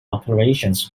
operations